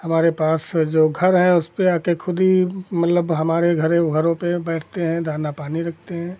वह हमारे पास जो घर है उसपर आकर ख़ुद ही मतलब हमारे हमारे घरों पर बैठते हैं दाना पानी रखते हैं